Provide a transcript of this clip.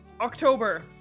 October